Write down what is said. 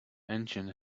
engine